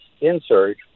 insert